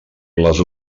les